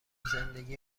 زندگی